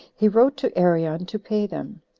he wrote to arion to pay them.